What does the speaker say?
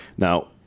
Now